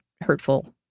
hurtful